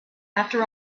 after